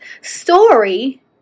story